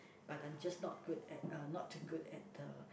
but I'm just not good at uh not too good at uh